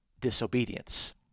disobedience